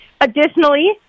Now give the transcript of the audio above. Additionally